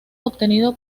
obtenido